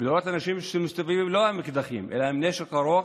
ולראות אנשים שמסתובבים לא עם אקדחים אלא עם נשק ארוך,